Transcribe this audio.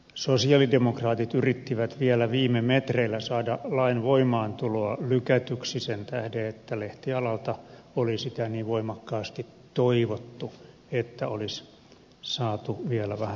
sosialidemokraatit yrittivät vielä viime metreillä saada lain voimaantuloa lykätyksi sen tähden että lehtialalta oli sitä niin voimakkaasti toivottu että olisi saatu vielä vähän sopeutumisaikaa